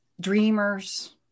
dreamers